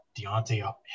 Deontay